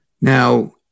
Now